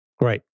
Great